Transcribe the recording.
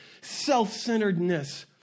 self-centeredness